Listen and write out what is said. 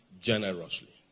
generously